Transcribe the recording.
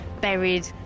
buried